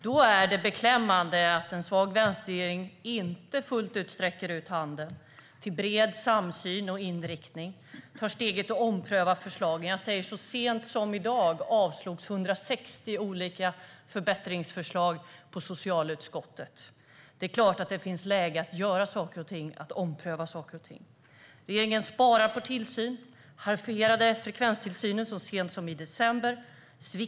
Då är det beklämmande att den svaga vänsterregeringen inte fullt ut sträcker ut handen för att nå en bred samsyn om inriktningen, inte tar steget och omprövar förslagen. Så sent som i dag avslogs 160 olika förbättringsförslag i socialutskottet. Det är klart att det finns läge att göra saker och ting och att ompröva saker och ting. Regeringen sparar på tillsynen och halverade frekvenstillsynen så sent som i december.